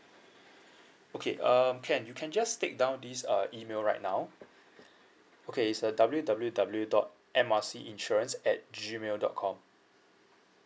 okay um can you can just take down this uh email right now okay is a W W W dot M R C insurance at G mail dot com